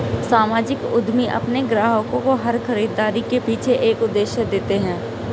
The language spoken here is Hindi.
सामाजिक उद्यमी अपने ग्राहकों को हर खरीदारी के पीछे एक उद्देश्य देते हैं